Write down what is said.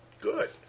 Good